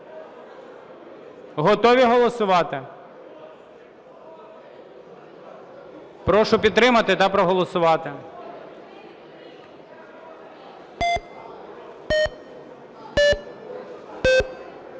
Готові голосувати? Прошу підтримати та проголосувати.